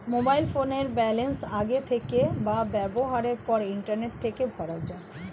mobile ফোনের balance আগের থেকে বা ব্যবহারের পর ইন্টারনেট থেকে ভরা যায়